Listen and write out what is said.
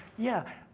yeah,